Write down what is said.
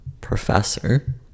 professor